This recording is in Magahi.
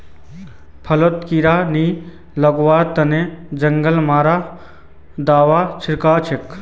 फसलत कीड़ा नी लगवार तने जंगल मारा दाबा छिटवा हछेक